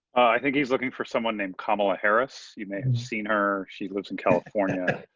i think he's looking for someone named kamala harris. you may have seen her. she lives in california.